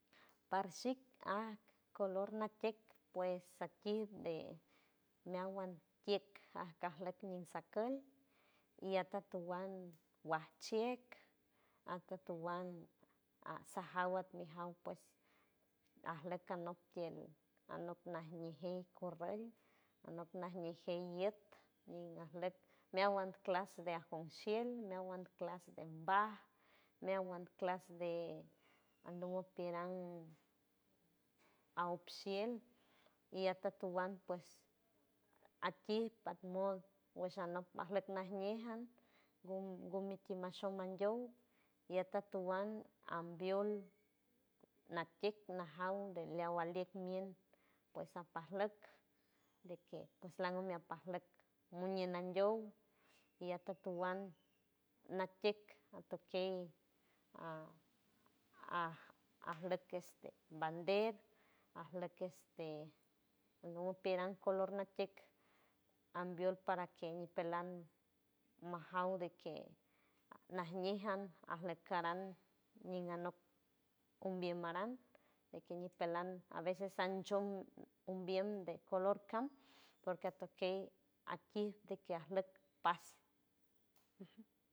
Parshik aj color natieck pues sati de meawan tieck ajgajleck ñinsakult y atatuan wash chieck ajtatuan a sajaw at mi jaw pues ajleck anok tiel anok najñejey korrult anok najñejey llieck ñin ajleck meawan clas de ajonshiel, meawan clas de mbaj, meawan clas de anok piran aop shiel y atatuan pues aqui pajmot wesh anop ajleck najñe jan gun- gunmitimi mashow mandiow y atatuan ambiol natieck najaw de miawa lieck mien pues apajluck de que pues langumia apajleck muñie ñandiow y atatuan natieck atokey aj ajreck este bandet ajleck este no piran natieck ambiol para que ñipelan majaw de que najñe jan ajlecaran ñin anok ombiem aran de que ñipelan a veces anchom ombiem de color cam porque atokey atkif de que ajleck paz.